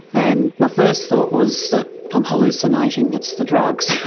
and my first thought was that i'm hallucinating it's the drugs.